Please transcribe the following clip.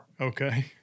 Okay